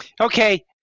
Okay